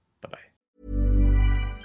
Bye-bye